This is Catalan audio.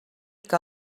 que